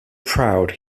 proud